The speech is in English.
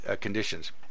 conditions